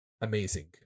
amazing